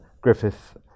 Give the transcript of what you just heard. Griffith